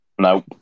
No